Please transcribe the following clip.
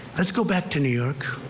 let's go back to new york.